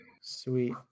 Sweet